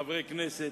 חברי הכנסת,